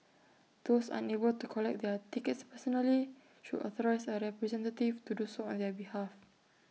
those unable to collect their tickets personally should authorise A representative to do so on their behalf